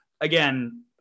again